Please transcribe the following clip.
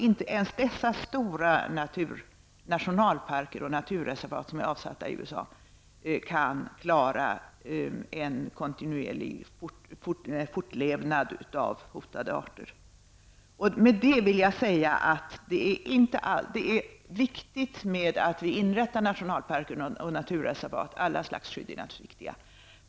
Inte ens de stora nationalparker och naturreservat som är avsatta i USA kan klara en kontinuerlig fortlevnad av hotade arter. Det är viktigt att vi inrättar nationalparker och naturreservat. Alla slags skydd är naturligtvis viktiga.